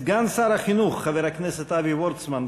סגן שר החינוך חבר הכנסת אבי וורצמן,